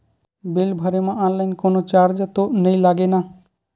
Bill भरे मा online कोनो चार्ज तो नई लागे ना?